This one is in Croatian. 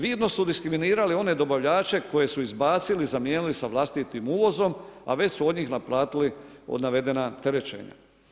Vidno su diskriminirali one dobavljače koje su izbacili i zamijenili sa vlastitim uvozom, a već su od njih naplatili navedena terećenja.